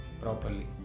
properly